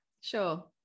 sure